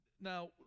Now